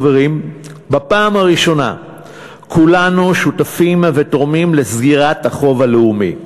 חברים: בפעם הראשונה כולנו שותפים ותורמים לסגירת החוב הלאומי,